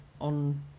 on